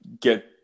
get